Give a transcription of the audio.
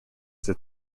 that